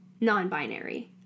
non-binary